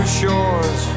shores